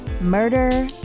murder